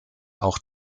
auch